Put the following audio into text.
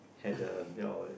had the you know